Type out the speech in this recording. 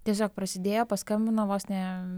tiesiog prasidėjo paskambino vos ne